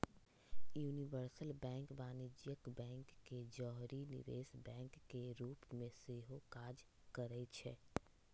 universal bank वाणिज्यिक bank के जौरही निवेश बैंक के रूप में सेहो काज करइ छै